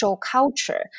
culture